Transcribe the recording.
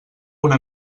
una